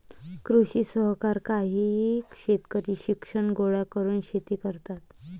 कृषी सहकार काही शेतकरी शिक्षण गोळा करून शेती करतात